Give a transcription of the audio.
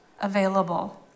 available